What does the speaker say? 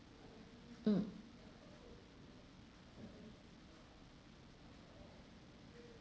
mm